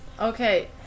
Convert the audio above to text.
Okay